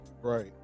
right